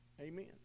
Amen